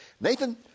Nathan